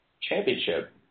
Championship